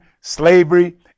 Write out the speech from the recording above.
slavery